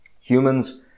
Humans